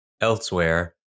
Elsewhere